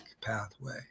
pathway